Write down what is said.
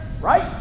right